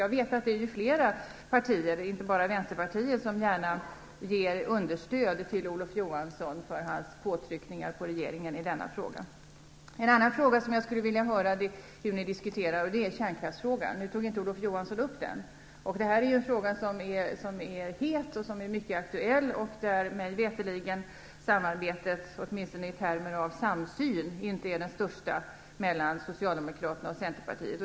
Jag vet att det är flera partier, inte bara Vänsterpartiet, som gärna ger understöd till Olof Johansson för hans påtryckningar på regeringen i denna fråga. En annan fråga där jag vill höra hur ni diskuterar är kärnkraftsfrågan. Nu tog Olof Johansson inte upp den. Det är en fråga som är het och mycket aktuell och där mig veterligen samarbetet, åtminstone i termer av samsyn, inte är det största mellan Socialdemokraterna och Centerpartiet.